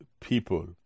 people